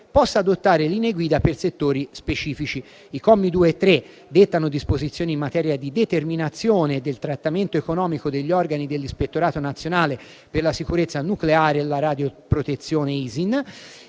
possa adottare linee guida per settori specifici. I commi 2 e 3 dettano disposizioni in materia di determinazione del trattamento economico degli organi dell'Ispettorato nazionale per la sicurezza nucleare e la radioprotezione (ISIN).